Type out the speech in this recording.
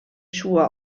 schuhe